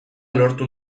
lortu